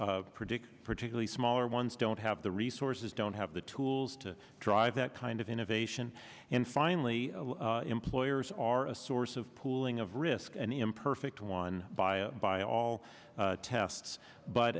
e predicts particularly smaller ones don't have the resources don't have the tools to drive that kind of innovation and finally employers are a source of pooling of risk and imperfect one by a by all tests but